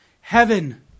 heaven